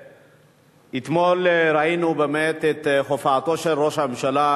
אתמול ראינו באמת את הופעתו של ראש הממשלה